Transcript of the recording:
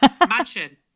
Imagine